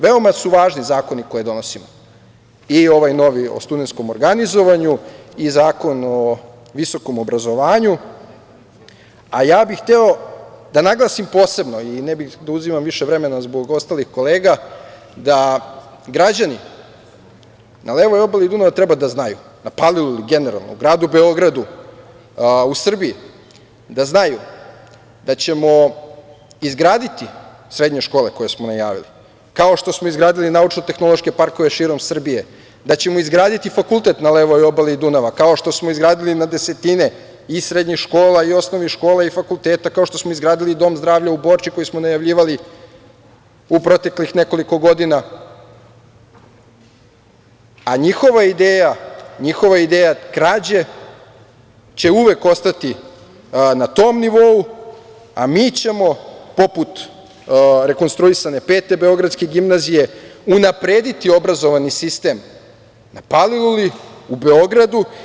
Veoma su važni zakoni koje donosimo i ovaj novi o studentskom organizovanju i Zakon o visokom obrazovanju, a ja bih hteo da naglasim posebno, i ne bih da uzimam više vremena zbog ostalih kolega, građani na levoj obali Dunava treba da znaju, na Paliluli generalno, gradu Beogradu, u Srbiji da znaju da ćemo izgraditi srednje škole koje smo najavili, kao što smo izgradili naučno-tehnološke parkove širom Srbije, da ćemo izgraditi fakultet na levoj obali Dunava, kao što smo izgradili na desetine i srednjih škola i osnovnih škola i fakulteta, kao što smo izgradili Dom zdravlja u Borči koji smo najavljivali u proteklih nekoliko godina, a njihova ideja krađe će uvek ostati na tom nivou, a mi ćemo poput rekonstruisane Pete beogradske gimnazije unaprediti obrazovni sistem na Paliluli, u Beogradu.